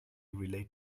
relate